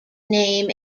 name